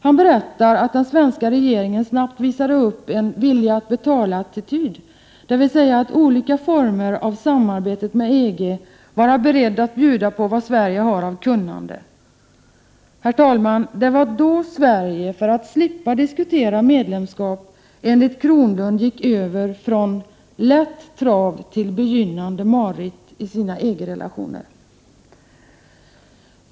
Han berättar att den svenska regeringen snabbt visade upp en ”villig att betala-attityd”, dvs. att i olika former av samarbetet med EG vara beredd att bjuda på vad Sverige har av kunnande. Herr talman! Det var då Sverige, för att slippa diskutera medlemskap, enligt Kronlund gick över ”från lätt trav till begynnande marritt” i sina EG-relationer.